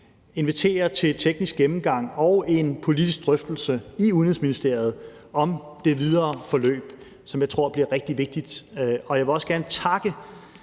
inviterer til teknisk gennemgang og en politisk drøftelse i Udenrigsministeriet om det videre forløb, som jeg tror bliver rigtig vigtigt. Og jeg vil også gerne takke